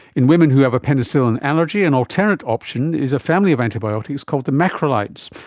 in women who have a penicillin allergy, an alternate option is a family of antibiotics called the macrolides,